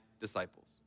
disciples